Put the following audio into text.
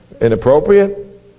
inappropriate